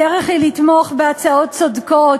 הדרך היא לתמוך בהצעות צודקות,